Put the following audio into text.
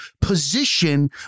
position